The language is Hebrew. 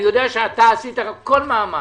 אני יודע שעשית כל מאמץ,